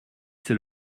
c’est